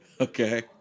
Okay